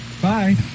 Bye